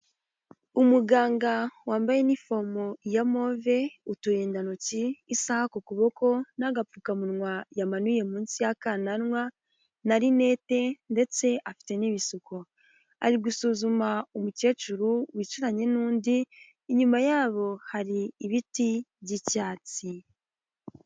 Umuganga wambaye inifomo ya move, uturindantoki, isaha kuboko, n'agapfukamunwa yamanuye munsi y'akananwa, na rinete, ndetse afite n'ibisuko. Ari gusuzuma umukecuru wicaranye n'undi, inyuma yabo hari ibiti by'icyatsi.